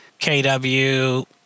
KW